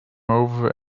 over